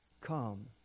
Come